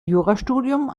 jurastudium